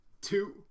two